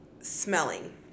smelling